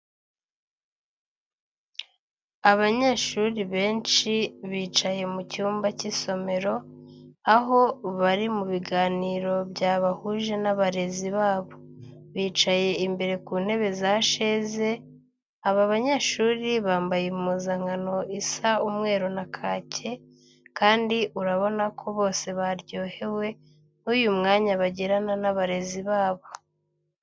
Abanyeshuri benshi bicaye mu cyumba cy'isomero, aho bari mu biganiro byabahuje n'abarezi babo, bicaye imbere ku ntebe za sheze. Aba banyeshuri bambaye impuzankano isa umweru na kacye kandi urabona ko bose baryohewe n'uyu mwanya bagirana n'abarezi babo.